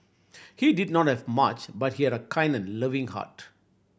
he did not have much but he had a kind and loving heart